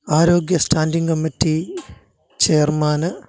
ആരോഗ്യ standing committee ചെയർമാന്